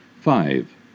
five